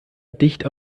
dicht